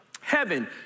heaven